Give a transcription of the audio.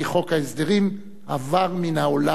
כי חוק ההסדרים עבר מן העולם,